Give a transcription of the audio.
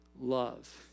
love